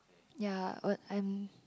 ya what and